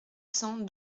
cents